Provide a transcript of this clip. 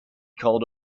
called